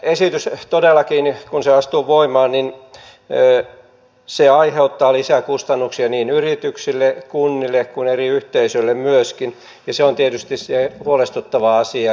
tämä esitys todellakin kun se astuu voimaan aiheuttaa lisää kustannuksia niin yrityksille kunnille kuin eri yhteisöille myöskin ja se on tietysti se huolestuttava asia